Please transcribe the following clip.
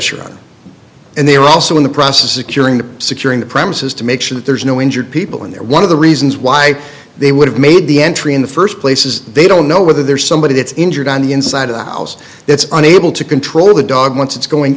around and they are also in the process securing the securing the premises to make sure that there's no injured people in there one of the reasons why they would have made the entry in the first place is they don't know whether there's somebody that's injured on the inside of the house it's unable to control the dog once it's going